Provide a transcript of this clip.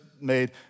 made